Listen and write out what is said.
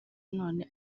none